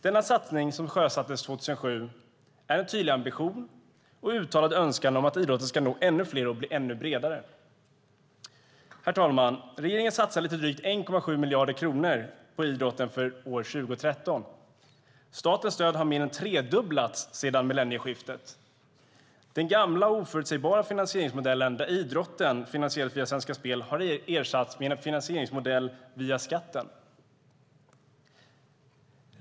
Denna satsning, som sjösattes 2007, är en tydlig ambition och en uttalad önskan om att idrotten ska nå ännu fler och bli ännu bredare. Herr talman! Regeringen satsar lite drygt 1,7 miljarder kronor på idrotten för år 2013. Statens stöd har mer än tredubblats sedan millennieskiftet. Den gamla och oförutsägbara finansieringsmodellen där idrotten finansierades via Svenska Spel har ersatts med en finansieringsmodell via skatten.